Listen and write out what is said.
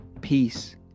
Peace